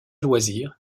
loisirs